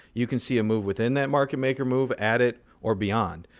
you can see a move within that market maker move, at it, or beyond.